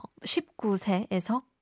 19세에서